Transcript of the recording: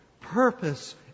purpose